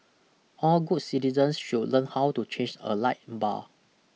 all good citizens should learn how to change a light bar